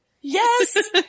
Yes